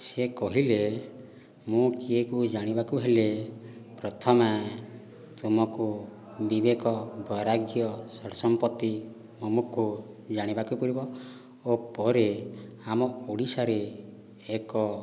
ସେ କହିଲେ ମୁଁ କିଏକୁ ଜାଣିବାକୁ ହେଲେ ପ୍ରଥମେ ତୁମକୁ ବିବେକ ବୈରାଗ୍ୟ ଷଡ଼୍ସମ୍ପତି ଅମକୁ ଜାଣିବାକୁ ପଡ଼ିବ ଓ ପରେ ଆମ ଓଡ଼ିଶାରେ ଏକ